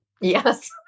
Yes